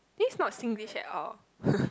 this is not Singlish at all